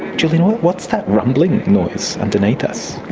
julian, what's that rumbling noise underneath us?